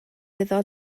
iddo